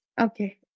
Okay